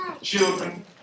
children